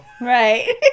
right